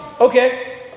okay